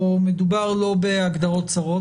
או מדובר לא בהגדרות צרות,